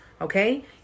okay